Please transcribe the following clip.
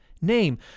name